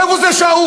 מאיפה זה שאוב?